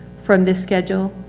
from this schedule.